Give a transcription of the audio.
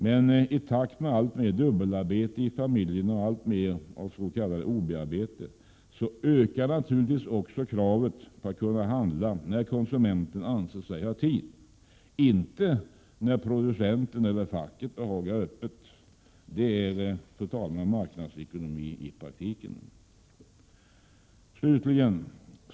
Men i takt med alltmer dubbelarbete i familjerna och alltmer av s.k. ob-arbete ökar naturligtvis också kravet från konsumenterna att kunna handla när man anser sig ha tid — inte när producenten eller facket behagar ha öppet. Detta är marknadsekonomi i praktiken, fru talman.